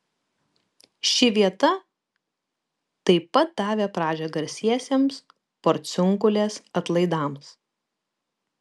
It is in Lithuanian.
ši vieta tai pat davė pradžią garsiesiems porciunkulės atlaidams